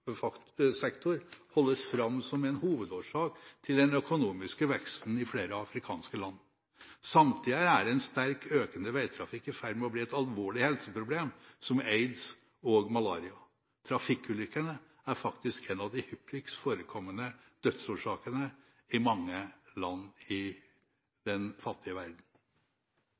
holdes fram som en hovedårsak til den økonomiske veksten i flere afrikanske land. Samtidig er en sterkt økende veitrafikk i ferd med å bli et alvorlig helseproblem, som aids og malaria. Trafikkulykkene er faktisk en av de hyppigst forekommende dødsårsakene i mange land i den fattige verden.